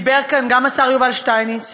דיבר כאן גם השר יובל שטייניץ,